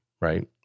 right